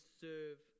serve